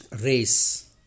race